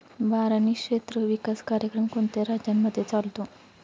बारानी क्षेत्र विकास कार्यक्रम कोणत्या राज्यांमध्ये चालतो?